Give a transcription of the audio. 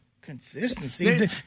Consistency